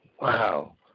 Wow